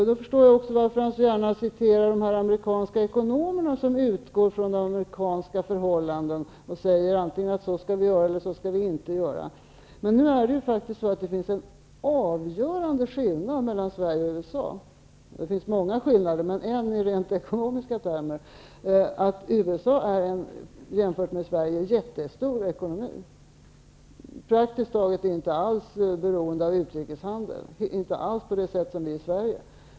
Jag förstår nu också varför han med förkärlek citerar amerikanska ekonomer vilka utgår från amerikanska förhållanden när de säger hur man skall göra och hur man inte skall göra. Nu finns det en avgörande skillnad mellan Sverige och USA. Det finns i och för sig många skillnader, men i rent ekonomiska termer har USA jämfört med Sverige en mycket stor ekonomi. Man är praktiskt taget inte alls beroende av utrikeshandel på det sätt som vi är i Sverige.